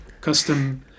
custom